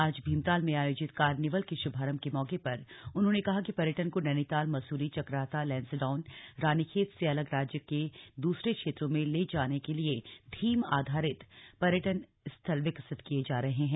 आज भीमताल में आयोजित कार्निवल के श्भारंभ के मौके पर उन्होंने कहा कि पर्यटक को नैनीताल मसूरी चकराता लैन्सडाउन रानीखेत से अलग राज्य के दूसरे क्षेत्रों मे ले जाने के लिए थीम आधारित पर्यटक स्थल विकसति किये जा रहे हैं